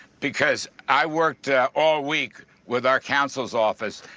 because i worked all week with our counsel's office.